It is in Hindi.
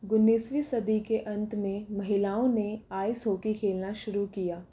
उन्नीसवीं सदी के अंत में महिलाओं ने आइस हॉकी खेलना शुरू किया